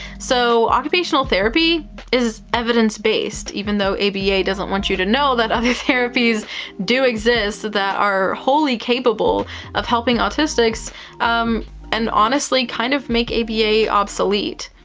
so, occupational therapy is evidence-based, even though aba doesn't want you to know that other therapies do exist that are wholly capable of helping autistics um and honestly honestly kind of make aba obsolete.